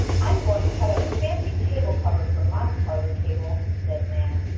i'm going to cut out a fancy table cover for my parlor table, said nan.